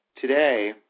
today